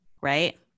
right